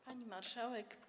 Pani Marszałek!